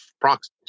proxies